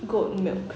goat milk